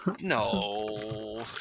No